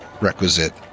requisite